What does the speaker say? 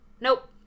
Nope